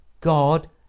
God